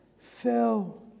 fell